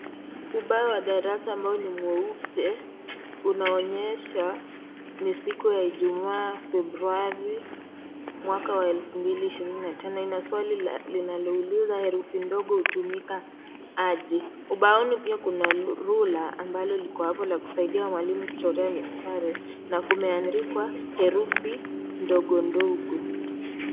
Ubao wa darasani ambao ni mweupe, unaonyesha ni siku Ijumaa, Februari mwaka wa 2025. Ina swali linalouliza herufi ndogo hutumika aje. Ubaoni pia kuna rula ambalo liko hapo la kusaidia walimu kuchorea mistari na kumeandikwa herufi ndogo ndogo.